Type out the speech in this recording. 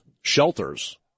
shelters